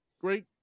great